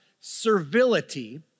servility